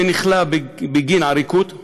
שנכלא בגין עריקות,